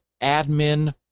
admin